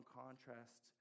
contrast